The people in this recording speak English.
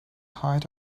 height